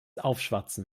aufschwatzen